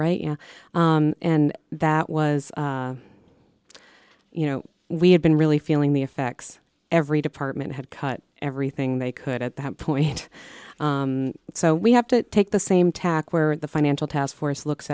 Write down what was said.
right and that was you know we had been really feeling the effects every department had cut everything they could at that point so we have to take the same tack where the financial task force looks